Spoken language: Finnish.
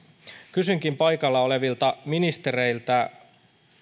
kysynkin paikalla olevilta ministereiltä